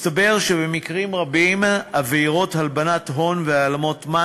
מסתבר שבמקרים רבים עבירות הלבנת הון והעלמות מס